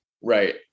Right